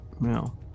no